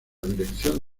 dirección